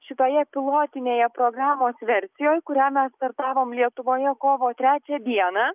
šitoje pilotinėje programos versijoj kurią mes startavom lietuvoje kovo trečią dieną